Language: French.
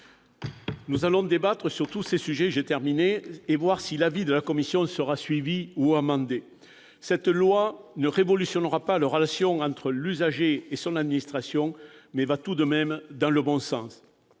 Nous allons débattre sur tous ces sujets et voir si l'avis de la commission sera suivi ou amendé. Cette loi ne révolutionnera pas la relation entre l'usager et son administration, mais elle va tout de même dans le bon sens.